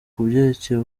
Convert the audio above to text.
kubyerekeye